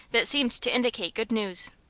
that seemed to indicate good news.